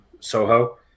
Soho